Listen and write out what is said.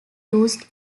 used